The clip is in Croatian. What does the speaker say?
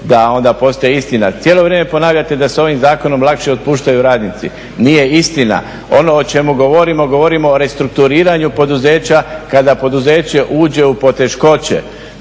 da onda postaje istina, cijelo vrijeme ponavljate da se ovim zakonom lakše otpuštaju radnici. Nije istina, ono o čemu govorimo, govorimo o restrukturiranju poduzeća kada poduzeće uđe u poteškoće.